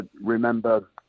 remember